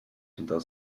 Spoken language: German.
hinter